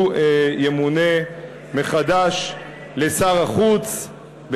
הוא ימונה מחדש לשר החוץ.